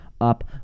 up